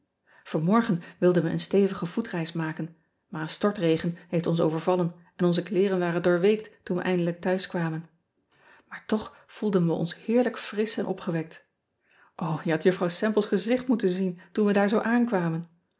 anniorgen wilden we een stevige voetreis maken maar een stortregen heeft ons overvallen en onze kleeren waren doorweekt toen we eindelijk thuiskwamen aar toch voelden we ons heerlijk frisch en opgewekt je had uffrouw emple s gezicht moeten zien toen we daar zoo aankwamen